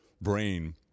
brain